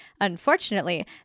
Unfortunately